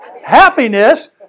Happiness